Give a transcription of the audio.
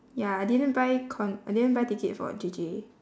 ya I didn't buy con~ I didn't buy ticket for J_J